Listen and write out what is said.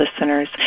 listeners